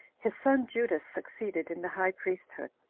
his son judas succeeded in the high priesthood